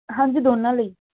ਹਾਂਜੀ ਦੋਨਾਂ ਲਈ